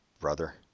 brother